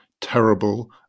terrible